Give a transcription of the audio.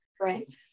Right